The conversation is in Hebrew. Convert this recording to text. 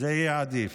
זה יהיה עדיף.